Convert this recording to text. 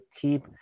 keep